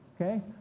okay